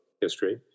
history